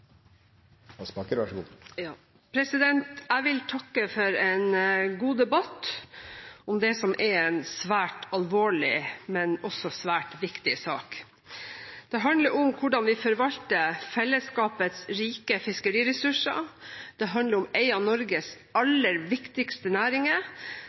fiskeriministeren er så tydelig i sin tale her til Stortinget. Jeg vil takke for en god debatt om det som er en svært alvorlig, men også svært viktig sak. Det handler om hvordan vi forvalter fellesskapets rike fiskeriressurser. Det handler om en av Norges